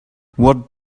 what